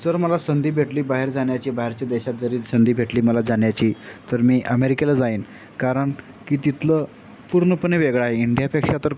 जर मला संधी भेटली बाहेर जाण्याची बाहेरच्या देशात जरी संधी भेटली मला जाण्याची तर मी अमेरिकेला जाईन कारण की तिथलं पूर्णपणे वेगळं आहे इंडियापेक्षा तर